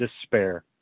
despair